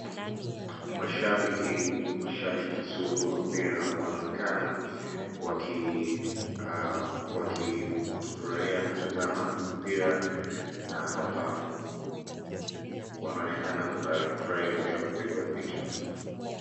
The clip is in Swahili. Mashabiki sugu wa mpira wanaonekana wakifurahia kutazama mpira na hapa wanaonekana pia kufurahia kupigwa picha.